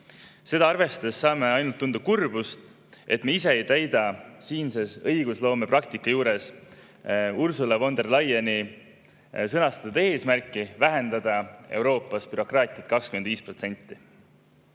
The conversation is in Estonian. Seda arvestades saame ainult tunda kurbust, et me ise ei täida siinse õigusloome praktika juures Ursula von der Leyeni sõnastatud eesmärki: vähendada Euroopas bürokraatiat 25%.